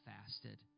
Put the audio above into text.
fasted